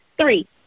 three